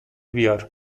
بیار